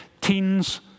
teens